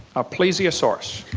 a plesiosaurus.